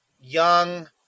young